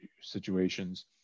situations